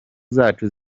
zacu